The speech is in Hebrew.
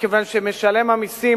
מכיוון שמשלם המסים,